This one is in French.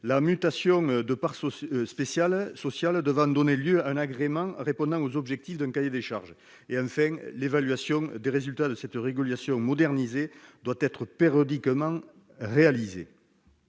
la mutation de parts sociales devant donner lieu à un agrément répondant aux objectifs d'un cahier des charges. Enfin, une évaluation des résultats de cette régulation modernisée doit être périodiquement réalisée.